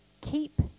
keep